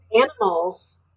animals